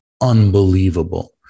unbelievable